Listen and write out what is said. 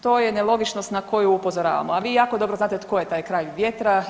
To je nelogičnost na koju upozoravamo, a vi jako dobro znate tko je taj kralj vjetra.